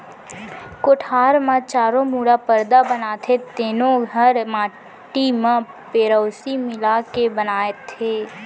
कोठार म चारों मुड़ा परदा बनाथे तेनो हर माटी म पेरौसी मिला के बनाथें